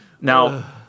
Now